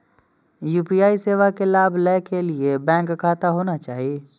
UPI सेवा के लाभ लै के लिए बैंक खाता होना चाहि?